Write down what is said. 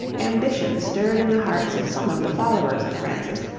ambition stirred in the hearts of some of the followers of francis,